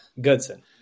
Goodson